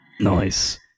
Nice